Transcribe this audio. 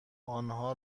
آنها